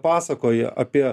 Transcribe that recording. pasakoja apie